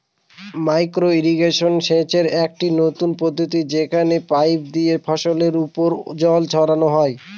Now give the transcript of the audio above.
micro irrigation সেচের একটি নতুন পদ্ধতি যেখানে পাইপ দিয়ে ফসলের ওপর জল ছড়ানো হয়